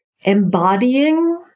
embodying